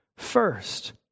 First